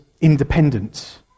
independence